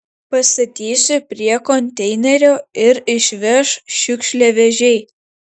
pastatysiu prie konteinerio ir išveš šiukšliavežiai